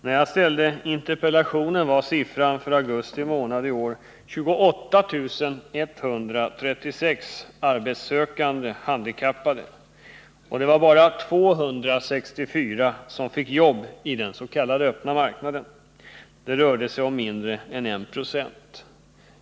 När jag framställde interpellationen var siffran för augusti månad i år 28 136 arbetssökande handikappade, och det var bara 264 som fick jobb i den s.k. öppna marknaden. Det rörde sig om mindre än 1 96.